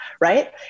Right